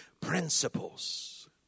Principles